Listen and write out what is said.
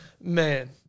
man